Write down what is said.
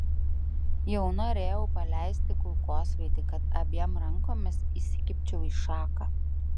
jau norėjau paleisti kulkosvaidį kad abiem rankomis įsikibčiau į šaką